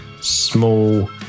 small